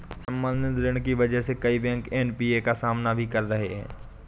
संवर्धित ऋण की वजह से कई बैंक एन.पी.ए का सामना भी कर रहे हैं